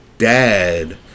dad